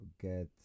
get